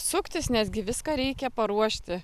suktis nes gi viską reikia paruošti